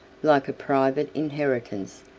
like a private inheritance,